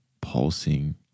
pulsing